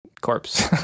corpse